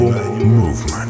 Movement